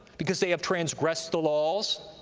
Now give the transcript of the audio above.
because they have transgressed the laws,